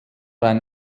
ein